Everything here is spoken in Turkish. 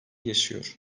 yaşıyor